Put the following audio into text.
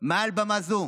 מעל במה זו: